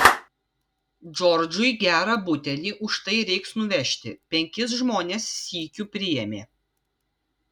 džordžui gerą butelį už tai reiks nuvežti penkis žmones sykiu priėmė